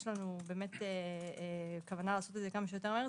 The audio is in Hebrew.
יש לנו כוונה לעשות את זה כמה שיותר מהר.